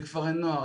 לכפרי נוער,